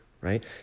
right